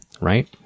right